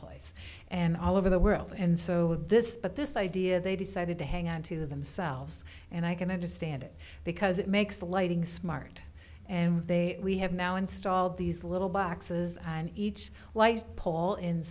place and all over the world and so this but this idea they decided to hang on to themselves and i can understand it because it makes the lighting smart and they we have now installed these little boxes and each light pole in